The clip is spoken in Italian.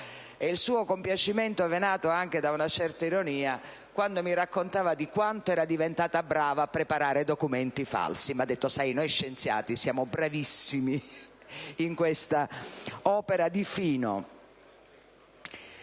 il suo compiacimento, venato anche da una certa ironia, quando mi raccontava di quanto era diventata brava a preparare documenti falsi: «Sai, noi scienziati siamo bravissimi in questa opera di fino».